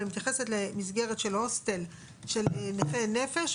אבל היא מתייחסת למסגרת של הוסטל של נכי נפש.